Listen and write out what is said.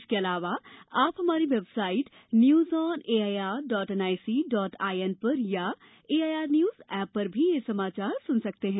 इसके अलावा आप हमारी website news on A I R dot N I C dot I N पर अथवा A I R news app पर भी समाचार सुन सकते हैं